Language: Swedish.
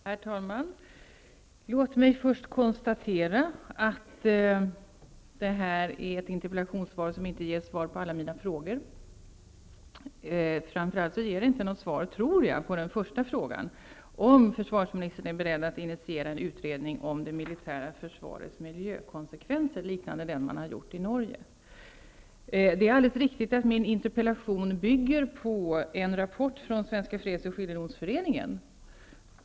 Herr talman! Låt mig först konstatera att det här interpellationssvaret inte ger svar på alla mina frågor. Framför allt ger det inte, tror jag, något svar på den första frågan, nämligen om försvarsministern är beredd att initiera en utredning om det militära försvarets miljökonsekvenser liknande den man har gjort i Det är alldeles riktigt att min interpellation bygger på en rapport från Svenska Freds och Skiljedomsföreningen.